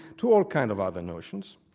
to all kind of other notions,